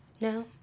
No